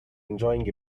enjoying